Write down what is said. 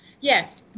Yes